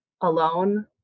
alone